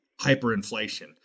hyperinflation